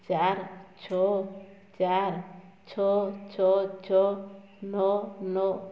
ଚାରି ଛଅ ଚାରି ଛଅ ଛଅ ଛଅ ନଅ ନଅ